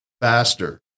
faster